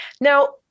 Now